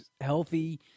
healthy